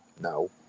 No